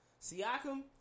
Siakam